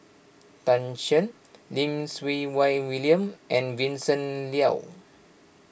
Tan Shen Lim Siew Wai William and Vincent Leow